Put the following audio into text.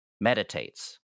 meditates